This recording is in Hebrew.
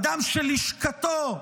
אדם שלשכתו,